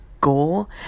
goal